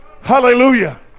hallelujah